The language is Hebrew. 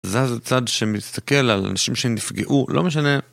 זז הצד שמסתכל על אנשים שהם נפגעו, לא משנה